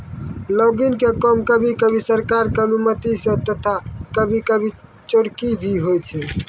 logging के काम कभी कभी सरकार के अनुमती सॅ तथा कभी कभी चोरकी भी होय छै